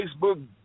Facebook